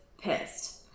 pissed